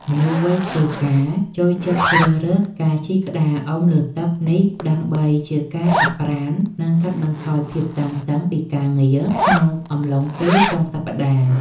មនុស្សវ័យធ្វើការចូលចិត្តជ្រើសរើសការជិះក្តារអុំលើទឹកនេះ ដើម្បីជាការហាត់ប្រាណ និងកាត់បន្ថយភាពតានតឹងពីការងារក្នុងអំឡុងពេលចុងសប្ដាហ៍។